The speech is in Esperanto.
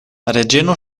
reĝino